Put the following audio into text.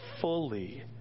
fully